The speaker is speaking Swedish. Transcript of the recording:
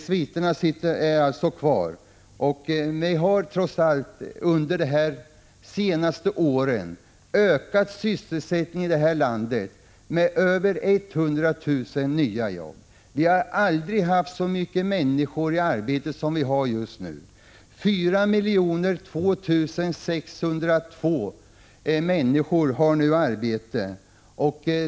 Sysselsättningen har trots allt under de senaste åren ökat i det här landet med över 100 000 nya jobb. Vi har aldrig haft så många människor i arbete som vi har just nu. 4 002 602 människor har nu arbete.